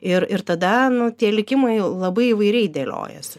ir ir tada tie likimai labai įvairiai dėliojasi